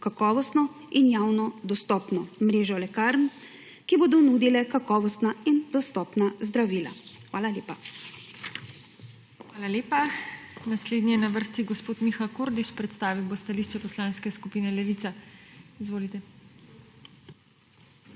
kakovostno in javno dostopno mrežo lekarn, ki bodo nudile kakovostna in dostopna zdravila. Hvala lepa. PODPREDSEDNICA TINA HEFERLE: Hvala lepa. Naslednji je na vrsti gospod Miha Kordiš. Predstavil bo stališče Poslanske skupine Levica. Izvolite.